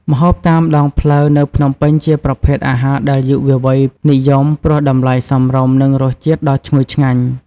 ម្ហូបតាមដងផ្លូវ នៅភ្នំពេញជាប្រភេទអាហារដែលយុវវ័យនិយម ព្រោះតម្លៃសមរម្យ និងរសជាតិដ៏ឈ្ងុយឆ្ងាញ់។